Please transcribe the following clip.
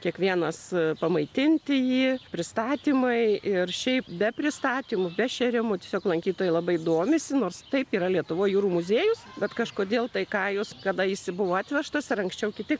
kiekvienas pamaitinti jį pristatymai ir šiaip be pristatymų be šėrimų tiesiog lankytojai labai domisi nors taip yra lietuvoj jūrų muziejus bet kažkodėl tai kalus kada jis buvo atvežtas ir anksčiau kiti